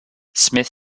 smith